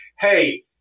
Hey